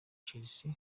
chelsea